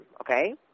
okay